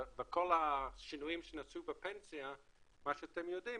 בכל השינויים שנעשו בפנסיה מה שאתם יודעים